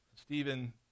Stephen